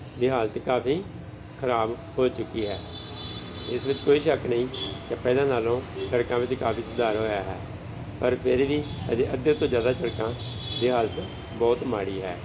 ਦੀ ਹਾਲਤ ਕਾਫੀ ਖਰਾਬ ਹੋ ਚੁਕੀ ਹੈ ਇਸ ਵਿੱਚ ਕੋਈ ਸ਼ੱਕ ਨਹੀਂ ਕਿ ਪਹਿਲਾਂ ਨਾਲੋਂ ਸੜਕਾਂ ਵਿੱਚ ਕਾਫੀ ਸੁਧਾਰ ਹੋਇਆ ਹੈ ਪਰ ਫਿਰ ਵੀ ਅਜੇ ਅੱਧੇ ਤੋਂ ਜ਼ਿਆਦਾ ਸੜਕਾਂ ਦੀ ਹਾਲਤ ਬਹੁਤ ਮਾੜੀ ਹੈ